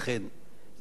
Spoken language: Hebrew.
זה בלתי אפשרי.